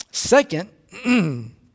Second